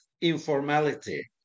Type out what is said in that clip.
informality